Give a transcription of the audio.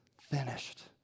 finished